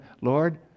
Lord